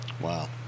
Wow